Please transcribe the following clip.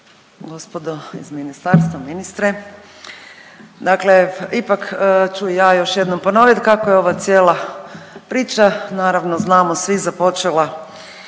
gospodo iz ministarstva, ministre. Dakle ipak ću ja još jednom ponoviti kako je ova cijela priča naravno znamo svi započela